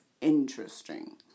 Interesting